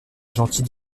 gentil